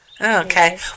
Okay